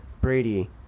Brady